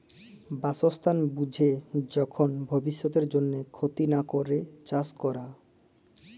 বাসস্থাল বুঝে যখল ভব্যিষতের জন্হে ক্ষতি লা ক্যরে চাস ক্যরা